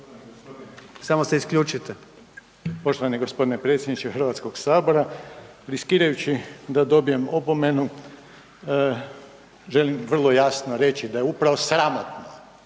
Samo se isključite.